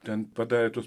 ten padarė tuos